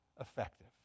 effective